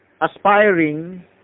aspiring